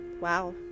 Wow